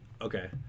Okay